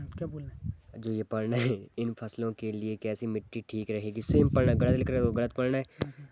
इन फसलों के लिए कैसी मिट्टी ठीक रहेगी?